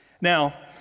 Now